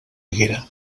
haguera